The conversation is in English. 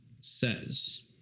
says